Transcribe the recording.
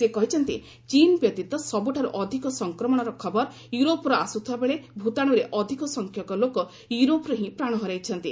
ସେ କହିଛନ୍ତି ଚୀନ୍ ବ୍ୟତୀତ ସବୁଠାରୁ ଅଧିକ ସଂକ୍ରମଣର ଖବର ୟୁରୋପ୍ରୁ ଆସୁଥିବାବେଳେ ଭୂତାଣୁରେ ଅଧିକ ସଂଖ୍ୟକ ଲୋକ ୟୁରୋପ୍ରୁ ହିଁ ପ୍ରାଣ ହରାଇଛନ୍ତି